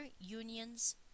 Union's